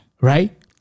right